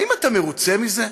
האם אתה מרוצה מזה?